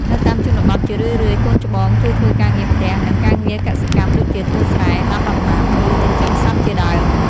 នៅតាមជនបទ ជារឿយៗ កូនច្បងជួយធ្វើការងារផ្ទះ និងការងារកសិកម្មដូចជា ធ្វើស្រែ ដាំដំណាំ ឬ ចិញ្ចឹមសត្វជាដើម។។